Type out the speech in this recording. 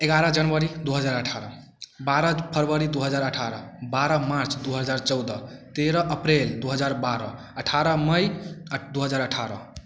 एगारह जनवरी दू हजार अठारह बारह फरबरी दू हजार अठारह बारह मार्च दू हजार चौदह तेरह अप्रैल दू हजार बारह अठारह मई अ दू हजार अठारह